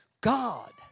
God